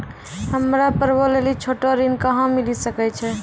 हमरा पर्वो लेली छोटो ऋण कहां मिली सकै छै?